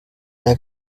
der